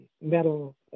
metal